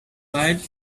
quiet